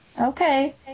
Okay